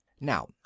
Now